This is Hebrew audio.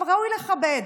וראוי לכבד,